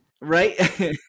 Right